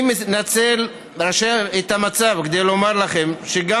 אני מנצל את המצב כדי לומר לכם שגם